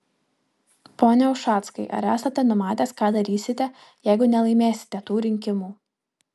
pone ušackai ar esate numatęs ką darysite jeigu nelaimėsite tų rinkimų